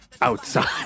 outside